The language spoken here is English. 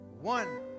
One